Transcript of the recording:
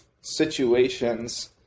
situations